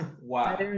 Wow